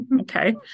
okay